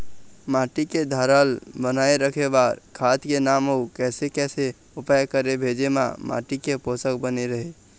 माटी के धारल बनाए रखे बार खाद के नाम अउ कैसे कैसे उपाय करें भेजे मा माटी के पोषक बने रहे?